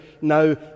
now